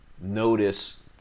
notice